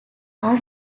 are